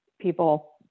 people